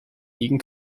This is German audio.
liegen